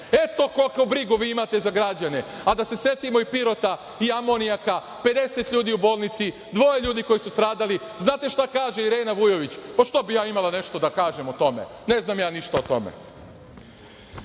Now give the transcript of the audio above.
Eto koliku vi brigu imate za građane, a da se setimo i Pirota i amonijaka, 50 ljudi u bolnici, dvoje ljudi koji su stradali. Znate šta kaže Irena Vujović? Pa, što bih ja imala nešto da kažem o tome, ne znam ja ništa o